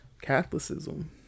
Catholicism